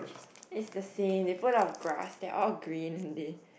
it's the same they put a lot of grass they are all green and they